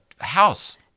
house